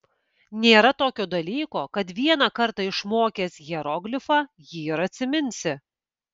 nėra tokio dalyko kad vieną kartą išmokęs hieroglifą jį ir atsiminsi